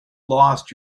lost